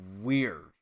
weird